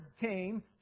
came